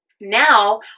now